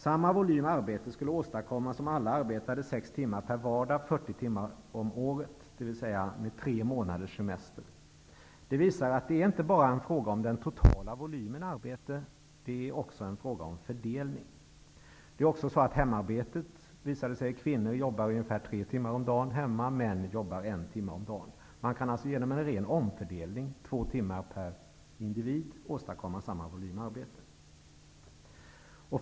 Samma volym arbete skulle åstadkommas om alla arbetade sex timmar per vardag 40 veckor om året, dvs. med tre månaders semester. Det visar att det inte bara är fråga om den totala volymen arbete, utan att det också är en fråga om fördelning. Det har också visat sig att kvinnor jobbar tre timmar om dagen hemma, medan männen jobbar en timme om dagen. Man kan alltså genom en ren omfördelning om två timmar per individ åstadkomma samma volym arbete.